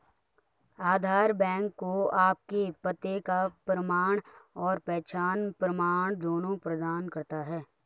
आधार bank को आपके पते का प्रमाण और पहचान प्रमाण दोनों प्रदान करता है